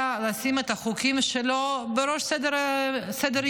יכול היה לשים את החוקים שלו בראש סדר-היום